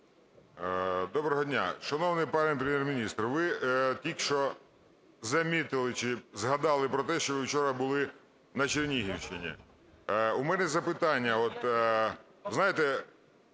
Доброго дня! Шановний пане Прем'єр-міністр, ви тільки що помітили чи згадали про те, що ви вчора були на Чернігівщині. У мене запитання. От,